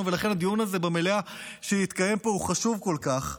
ולכן הדיון הזה במליאה שמתקיים פה הוא חשוב כל כך: